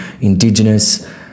indigenous